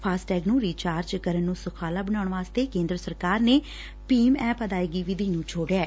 FASTag ਨੂੰ recharge ਕਰਨ ਨੂੰ ਸੁਖਾਲਾ ਬਣਾਉਣ ਲਈ ਕੇਂਦਰ ਸਰਕਾਰ ਨੇ ਭੀਮ ਐਪ ਅਦਾਇਗੀ ਵਿਧੀ ਨੁੰ ਜੋੜਿਐ